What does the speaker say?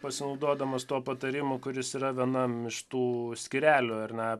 pasinaudodamas tuo patarimu kuris yra vienam iš tų skyrelių ar ne